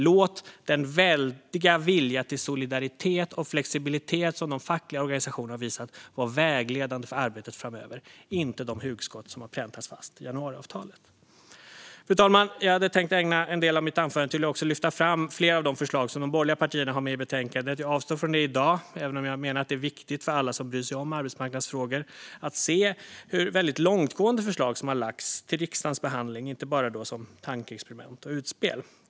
Låt den väldiga vilja till solidaritet och flexibilitet som de fackliga organisationerna har visat vara vägledande för arbetet framöver, inte de hugskott som har präntats fast i januariavtalet. Fru talman! Jag hade tänkt att ägna en del av mitt anförande åt att också lyfta fram flera av de förslag som de borgerliga partierna har med i betänkandet. Jag avstår från det i dag, även om jag menar att det är viktigt för alla dem som bryr sig om arbetsmarknadsfrågor att se hur långtgående förslag som har lagts till riksdagens behandling, inte bara som tankeexperiment och utspel.